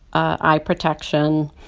eye protection.